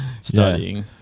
studying